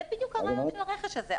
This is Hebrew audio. זה בדיוק הרעיון של הרכש הזה.